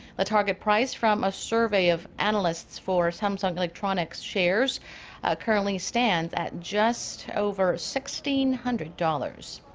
the target price from a survey of analysts for samsung electronics shares currently stands at just over sixteen hundred dollars.